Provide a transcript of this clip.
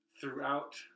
throughout